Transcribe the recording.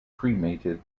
cremated